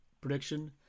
prediction